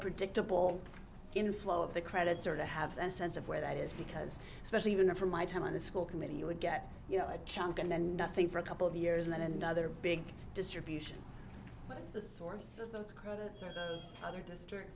predictable in flow of the credits or to have a sense of where that is because especially even from my time on the school committee you would get you know a chunk and then nothing for a couple of years and then another big distribution was the source of those credit other district